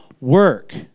work